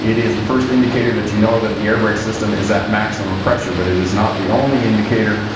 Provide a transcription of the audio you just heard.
it is the first indicator that you know that the airbrake system is at maximum pressure, but it is not the only indicator.